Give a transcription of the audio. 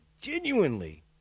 genuinely